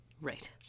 Right